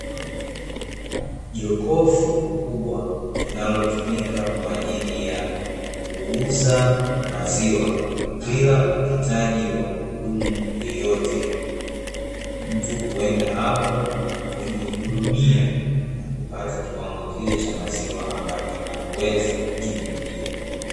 Jokofu kubwa linalotumika kwa ajili ya kuuza maziwa, bila uhitaji wa muhudumu yeyote, mtu huenda hapo hujihudumia, na kupata kiwango kile cha maziwa ambacho anachoweza kujilipia.